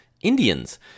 Indians